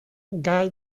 guy